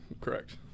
correct